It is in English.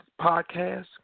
podcast